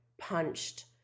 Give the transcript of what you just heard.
punched